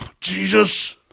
Jesus